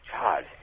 God